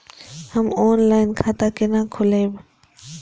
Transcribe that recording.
हम ऑनलाइन खाता केना खोलैब?